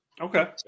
Okay